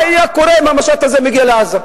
מה היה קורה אם המשט הזה היה מגיע לעזה?